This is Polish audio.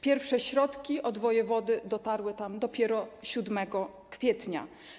Pierwsze środki od wojewody dotarły tam dopiero 7 kwietnia.